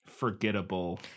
Forgettable